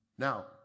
Now